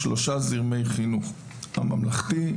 יש שלושה זרמי חינוך: הממלכתי,